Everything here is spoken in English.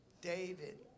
David